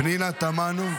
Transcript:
פנינה תמנו?